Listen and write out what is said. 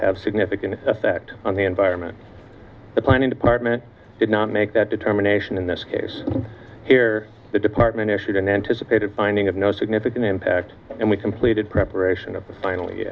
have significant effect on the environment the planning department did not make that determination in this case here the department issued an anticipated finding of no significant impact and we completed preparation